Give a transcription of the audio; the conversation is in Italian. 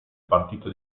partito